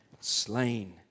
slain